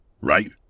right